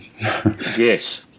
Yes